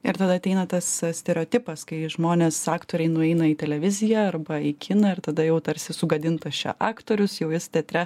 ir tada ateina tas stereotipas kai žmonės aktoriai nueina į televiziją arba į kiną ir tada jau tarsi sugadintas čia aktorius jau jis teatre